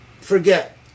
forget